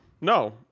no